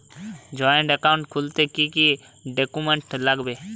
Joint account খুলতে কি কি ডকুমেন্টস লাগবে?